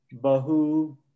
Bahu